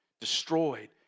destroyed